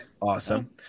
awesome